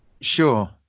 sure